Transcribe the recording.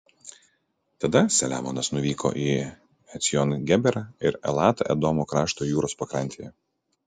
tada saliamonas nuvyko į ecjon geberą ir elatą edomo krašto jūros pakrantėje